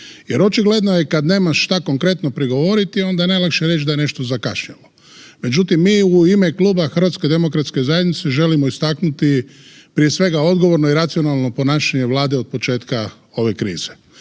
Jer očigledno je kad nemaš šta konkretno prigovoriti onda je najlakše reći da je nešto zakašnjelo. Međutim, mi u ime Kluba HDZ-a želimo istaknuti prije svega odgovorno i racionalno ponašanje Vlade od početka ove krize.